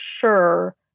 sure